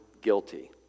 guilty